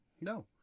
No